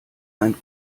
ein